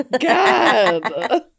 God